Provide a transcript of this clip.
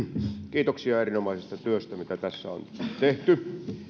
kiitoksia erinomaisesta työstä mitä tässä on tehty